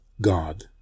God